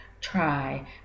try